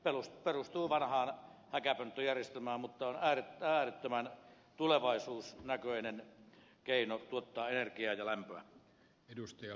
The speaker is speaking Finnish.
se perustuu vanhaan häkäpönttöjärjestelmään mutta on äärettömän tulevaisuusnäköinen keino tuottaa energiaa ja lämpöä